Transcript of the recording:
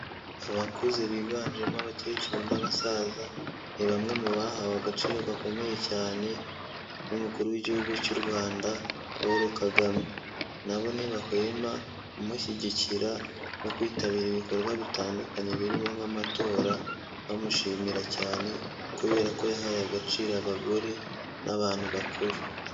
Abakuze biganjemo abakecuru n'abasaza, ni bamwe mu bahawe agaciro gakomeye cyane n'Umukuru w'Igihugu cy'u Rwanda Paul Kagame, na bo ntibahwema kumushyigikira no kwitabira ibikorwa bitandukanye birimo nk'amatora, bamushimira cyane kubera ko yahaye agaciro abagore n'abantu bakuru.